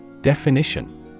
Definition